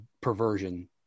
perversion